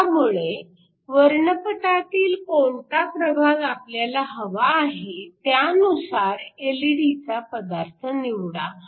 त्यामुळे वर्णपटातील कोणता प्रभाग आपल्याला हवा आहे त्यानुसार एलईडीचा पदार्थ निवडा